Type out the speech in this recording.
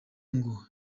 ngo